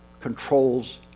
controls